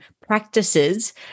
practices